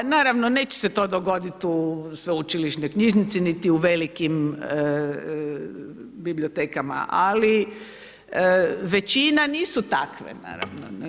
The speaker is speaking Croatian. Naravno neće se to dogoditi u sveučilišnoj knjižnici, niti u velikim bibliotekama, ali većina nisu takve, naravno.